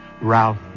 Ralph